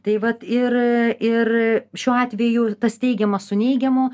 tai vat ir ir šiuo atveju tas teigiamas su neigiamu